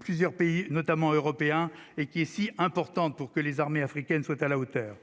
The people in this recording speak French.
plusieurs pays, notamment européens, et qui est si importante pour que les armées africaines soient à la hauteur,